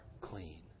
clean